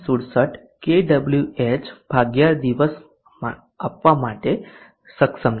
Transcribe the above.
67 K W H દિવસ આપવા માટે સક્ષમ છે